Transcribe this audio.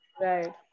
right